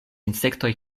insektoj